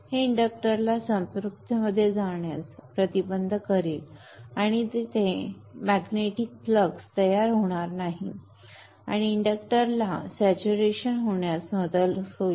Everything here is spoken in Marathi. हे इंडक्टरला स्टॅच्यूरेशन मध्ये जाण्यास प्रेव्हेंट करेल तेथे मॅग्नेटिक फ्लक्स तयार होणार नाही आणि इंडक्टरला स्टॅच्यूरेशन होण्यास मदत होईल